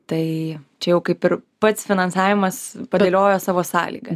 tai čia jau kaip ir pats finansavimas padėliojo savo sąlyga